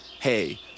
hey